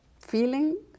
feeling